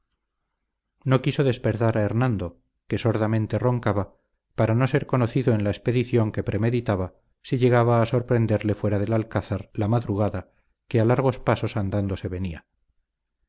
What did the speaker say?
no quiso despertar a hernando que sordamente roncaba para no ser conocido en la expedición que premeditaba si llegaba a sorprenderle fuera del alcázar la madrugada que a largos pasos andando se venía